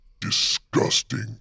disgusting